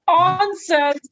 answer